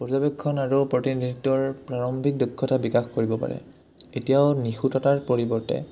পৰ্যবেক্ষণ আৰু প্ৰতিনিধিত্বৰ প্ৰাৰম্ভিক দক্ষতা বিকাশ কৰিব পাৰে এতিয়াও নিখুততাৰ পৰিৱৰ্তে